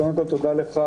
קודם כל תודה לך,